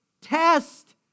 Test